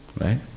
right